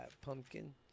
Pumpkin